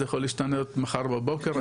זה יכול להשתנות מחר בבוקר,